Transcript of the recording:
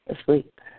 asleep